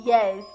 Yes